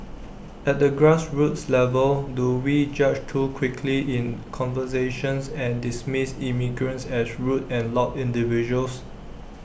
at the grassroots level do we judge too quickly in conversations and dismiss immigrants as rude and loud individuals